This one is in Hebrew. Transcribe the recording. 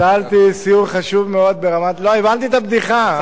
ביטלתי סיור חשוב מאוד ברמת, לא, הבנתי את הבדיחה.